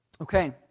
Okay